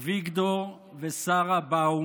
אביגדור ושרה באום,